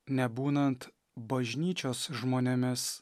nebūnant bažnyčios žmonėmis